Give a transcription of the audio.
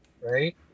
right